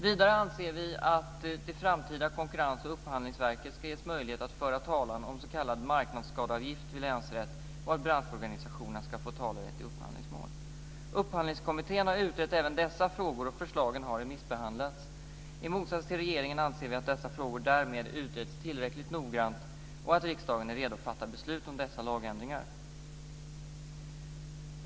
Vidare anser vi att det framtida konkurrens och upphandlingsverket ska ges möjlighet att föra talan om s.k. marknadsskadeavgift vid länsrätt och att branschorganisationerna ska få talerätt i upphandlingsmål. Upphandlingskommittén har utrett även dessa frågor, och förslagen har remissbehandlats. I motsats till regeringen anser vi att dessa frågor därmed utretts tillräckligt noggrant och att riksdagen är redo att fatta beslut om dessa lagändringar.